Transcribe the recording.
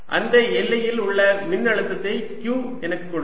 அந்த எல்லையில் உள்ள மின்னழுத்தத்தை q எனக்கு கொடுக்கும்